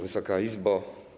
Wysoka Izbo!